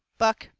buck,